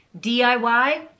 DIY